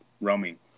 roaming